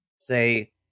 say